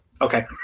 Okay